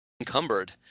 encumbered